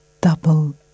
double